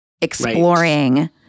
exploring